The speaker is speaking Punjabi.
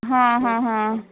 ਹਾਂ ਹਾਂ ਹਾਂ